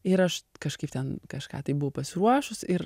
ir aš kažkaip ten kažką tai buvau pasiruošus ir